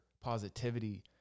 positivity